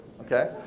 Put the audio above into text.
Okay